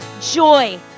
joy